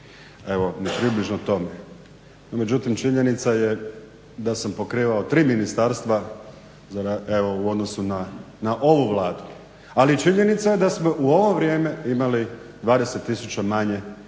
evo ni približno tome. No međutim, činjenica je da sam pokrivao 3 ministarstva evo u odnosu na ovu Vladu. Ali činjenica je i da smo u ovo vrijeme imali 20 tisuća manje